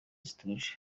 zituje